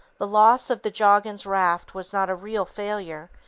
the loss of the joggins raft was not a real failure,